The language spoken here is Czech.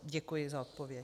Děkuji za odpověď.